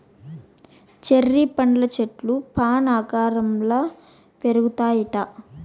cherry పండ్ల చెట్లు fan ఆకారంల పెరుగుతాయిట